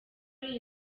ari